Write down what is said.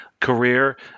career